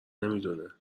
نمیدونه